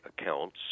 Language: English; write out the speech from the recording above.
accounts